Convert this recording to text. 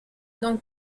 don